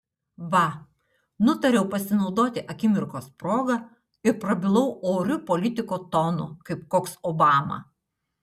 va nutariau pasinaudoti akimirkos proga ir prabilau oriu politiko tonu kaip koks obama